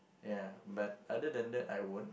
ya but other than that I won't